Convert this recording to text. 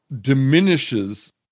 diminishes